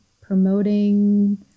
promoting